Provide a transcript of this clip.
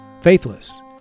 faithless